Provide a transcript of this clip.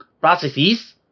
processes